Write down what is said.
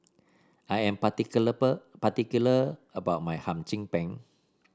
I'm particular about my Hum Chim Peng